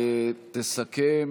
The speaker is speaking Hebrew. תסכם